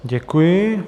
Děkuji.